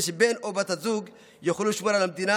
שבן או בת הזוג יוכלו לשמור על המדינה,